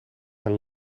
een